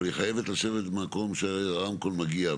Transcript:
אבל היא חייבת לשבת במקום שהרמקול מגיע,